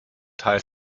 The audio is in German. teil